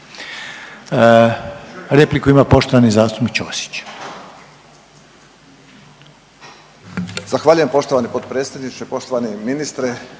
Repliku ima poštovani zastupnik Ćosić.